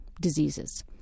diseases